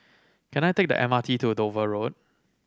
can I take the M R T to Dover Road